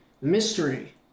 Mystery